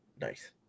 nice